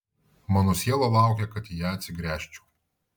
mano siela laukia kad į ją atsigręžčiau